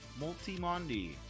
Multimondi